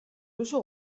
duzu